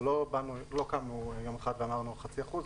לא קמנו יום אחד ואמרנו 20 אחוזים.